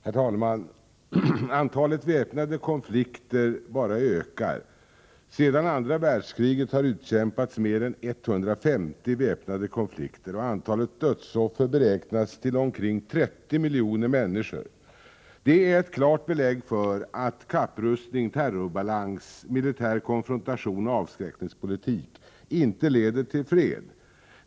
Herr talman! Antalet väpnade konflikter bara ökar. Sedan andra världskriget har det utkämpats mer än 150 väpnade konflikter, och antalet dödsoffer beräknas till omkring 30 miljoner människor. Det är ett klart belägg för att kapprustning, terrorbalans, militär konfrontation och avskräckningspolitik inte leder till fred.